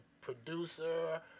producer